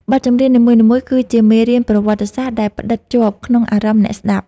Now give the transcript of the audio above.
បទចម្រៀងនីមួយៗគឺជាមេរៀនប្រវត្តិសាស្ត្រដែលផ្ដិតជាប់ក្នុងអារម្មណ៍អ្នកស្ដាប់។